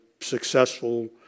successful